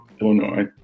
Illinois